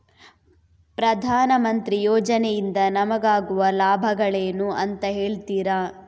ಪ್ರಧಾನಮಂತ್ರಿ ಯೋಜನೆ ಇಂದ ನಮಗಾಗುವ ಲಾಭಗಳೇನು ಅಂತ ಹೇಳ್ತೀರಾ?